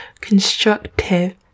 constructive